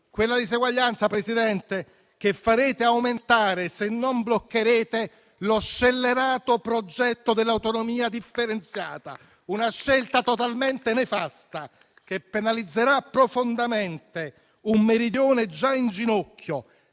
quella diseguaglianza che farete aumentare se non bloccherete lo scellerato progetto dell'autonomia differenziata, una scelta totalmente nefasta che penalizzerà profondamente un Meridione già in ginocchio